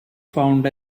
found